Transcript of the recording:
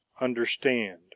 understand